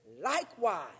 likewise